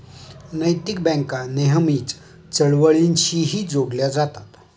नैतिक बँका नेहमीच चळवळींशीही जोडल्या जातात